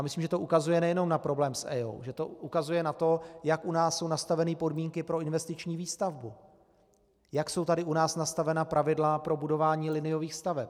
Myslím, že to ukazuje nejenom na problém s EIA, že to ukazuje na to, jak u nás jsou nastavené podmínky pro investiční výstavbu, jak jsou tady u nás nastavena pravidla pro budování liniových staveb.